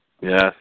Yes